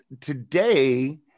Today